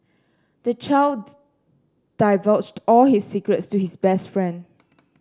the child's divulged all his secrets to his best friend